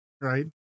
right